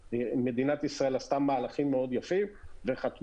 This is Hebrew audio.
מדינת ישראל עשתה את חלקה בכל מה שקשור --- יש